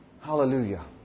Hallelujah